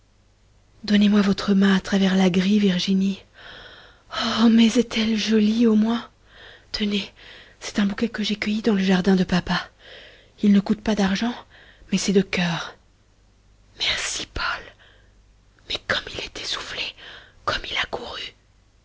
donnez-moi votre main à travers la grille virginie oh mais est-elle jolie au moins tenez c'est un bouquet que j'ai cueilli dans le jardin de papa il ne coûte pas d'argent mais c'est de cœur merci paul mais comme il est essoufflé comme il a couru